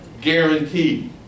guaranteed